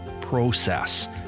Process